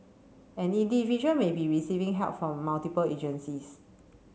an individual may be receiving help from multiple agencies